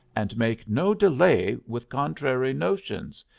and make no delay with contrary notions.